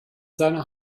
seine